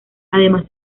además